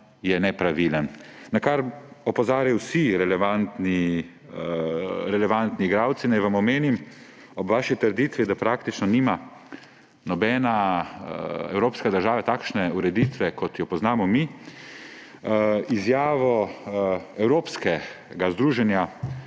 je nepravilen, na kar opozarjajo vsi relevantni igralci. Naj vam omenim, ob vaši trditvi, da praktično nima nobena evropska država takšne ureditve, kot jo poznamo mi, izjavo evropskega združenja